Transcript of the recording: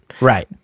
right